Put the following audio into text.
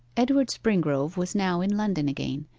edward springrove was now in london again,